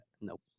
Nope